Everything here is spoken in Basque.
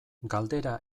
galdera